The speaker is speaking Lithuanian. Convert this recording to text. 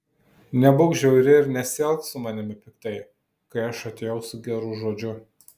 nebūk žiauri ir nesielk su manimi piktai kai aš atėjau su geru žodžiu